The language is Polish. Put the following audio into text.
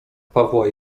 pawła